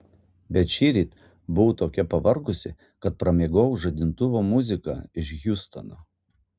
bet šįryt buvau tokia pavargusi kad pramiegojau žadintuvo muziką iš hjustono